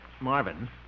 Marvin